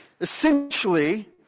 Essentially